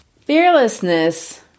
Fearlessness